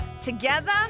together